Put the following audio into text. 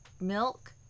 milk